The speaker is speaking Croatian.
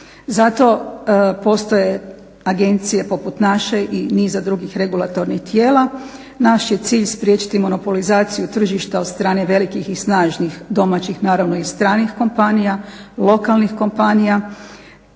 Zato postoje agencije poput naše i niza drugih regulatornih tijela. Naš je cilj spriječiti monopolizaciju tržišta od strane velikih i snažnih domaćih naravno i stranih kompanija, lokalnih kompanija.